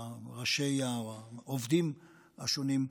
העובדים השונים,